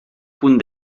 punt